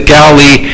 Galilee